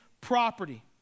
property